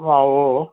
अँ हो